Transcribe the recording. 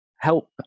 help